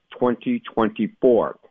2024